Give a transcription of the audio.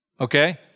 Okay